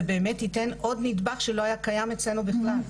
זה באמת ייתן עוד נדבך שלא היה קיים אצלנו בכלל.